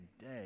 day